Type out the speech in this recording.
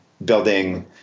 Building